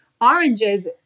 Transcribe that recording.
oranges